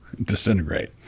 disintegrate